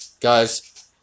guys